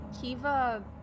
Kiva